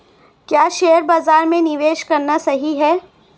क्या शेयर बाज़ार में निवेश करना सही है?